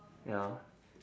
ya